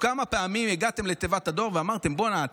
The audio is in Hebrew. כמה פעמים הגעתם לתיבת הדואר ואמרתם: בוא'נה,